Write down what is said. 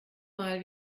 mal